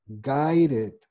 Guided